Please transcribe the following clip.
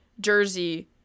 Jersey